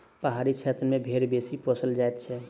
पहाड़ी क्षेत्र मे भेंड़ बेसी पोसल जाइत छै